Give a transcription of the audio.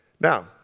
Now